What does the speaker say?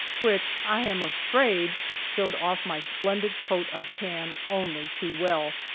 which i am afraid showed off my splendid coat of tan only too well.